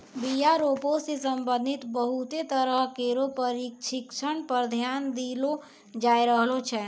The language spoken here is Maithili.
बीया रोपै सें संबंधित बहुते तरह केरो परशिक्षण पर ध्यान देलो जाय रहलो छै